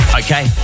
okay